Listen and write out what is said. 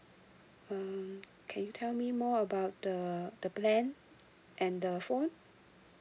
mm can you tell me more about the the plan and the phone